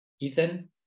Ethan